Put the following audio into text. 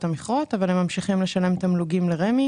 המכרות אבל הם ממשיכים לשלם תמלוגים לרמ"י